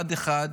אחד-אחד.